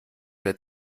der